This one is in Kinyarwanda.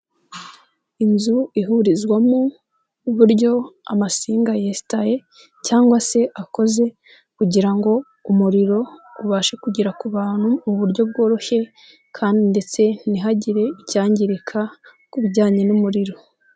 Inzu ihurizwamo uburyo amasinga yesitaye cyangwa se akoze kugira ngo umuriro ubashe kugera ku bantu mu buryo bworoshye kandi ndetse ntihagire icyangirika ku bijyanye n'umuriro.